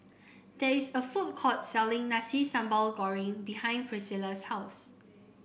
there is a food courts selling Nasi Sambal Goreng behind Pricilla's house